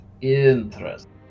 Interesting